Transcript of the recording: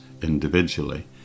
individually